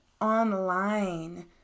online